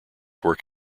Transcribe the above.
work